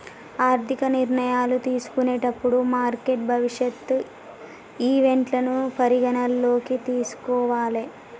ఆర్థిక నిర్ణయాలు తీసుకునేటప్పుడు మార్కెట్ భవిష్యత్ ఈవెంట్లను పరిగణనలోకి తీసుకోవాలే